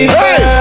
hey